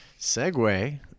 segue